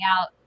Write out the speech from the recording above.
out